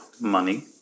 money